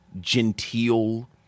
genteel